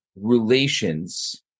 relations